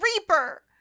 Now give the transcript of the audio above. Reaper